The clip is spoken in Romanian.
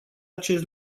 acest